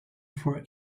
for